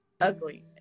ugly